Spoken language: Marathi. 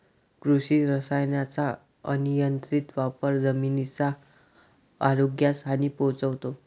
कृषी रसायनांचा अनियंत्रित वापर जमिनीच्या आरोग्यास हानी पोहोचवतो